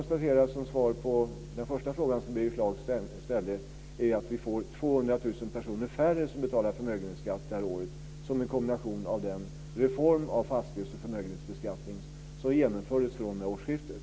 Som svar på den första frågan som Birger Schlaug ställde konstaterar jag att det under det här året, som en kombination av de reformer av förmögenhetsbeskattningen och fastighetsbeskattningen som genomfördes vid årsskiftet, är 200 000 personer färre som betalar förmögenhetsskatt.